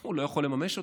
הוא לא יכול לממש אותה.